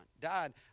died